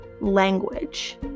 language